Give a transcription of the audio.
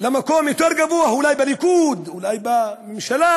למקום יותר גבוה, אולי בליכוד, אולי בממשלה,